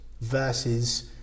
versus